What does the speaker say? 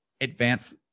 advance